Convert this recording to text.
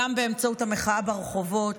גם באמצעות המחאה ברחובות,